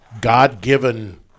God-given